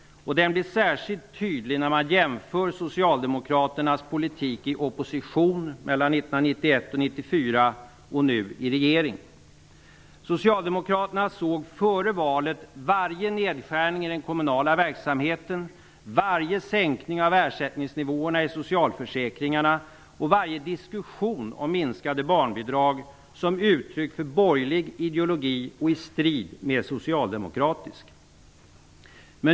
Den blir särskilt tydlig när man jämför socialdemokraternas politik när de satt i opposition, 1991-1994, och när de nu sitter i regeringen. Socialdemokraterna såg före valet varje nedskärning i den kommunala verksamheten, varje sänkning av ersättningsnivån i socialförsäkringarna och varje diskussion om minskade barnbidrag som uttryck för en borgerlig ideologi som stod i strid med en socialdemokratisk.